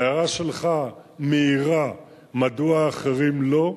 ההערה שלך מאירה מדוע אחרים לא.